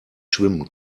schwimmen